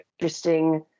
interesting